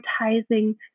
advertising